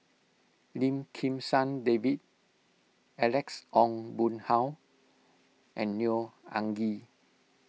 Lim Kim San David Alex Ong Boon Hau and Neo Anngee